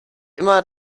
immer